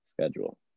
schedule